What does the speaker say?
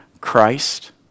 Christ